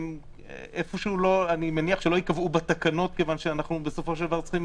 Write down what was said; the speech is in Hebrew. אני מניח שלא ייקבעו בתקנות מכיוון שאנחנו צריכים